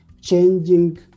changing